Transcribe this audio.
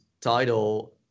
title